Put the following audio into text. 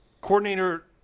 coordinator